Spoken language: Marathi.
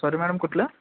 सॉरी मॅडम कुठलं